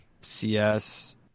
CS